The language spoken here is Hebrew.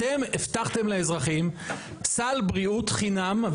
אתם הבטחתם לאזרחים סל בריאות חינם.